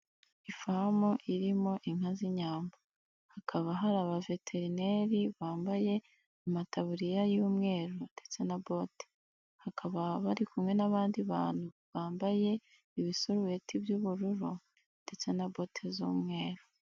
Ifamu irimo inka z'inyambo hakaba hari abaveterineri bambaye amataburiya y'umweru ndetse na bote, hakaba bari kumwe n'abandi bantu bambaye ibisurubeti by'ubururu ndetse na bote z'umweru.